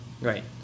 Right